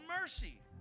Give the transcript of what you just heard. mercy